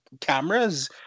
cameras